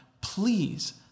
please